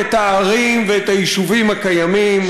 צריך לחזק את הערים ואת היישובים הקיימים.